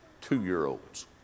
Two-year-olds